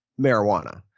marijuana